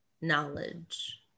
knowledge